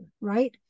right